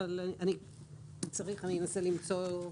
אני אנסה לבדוק.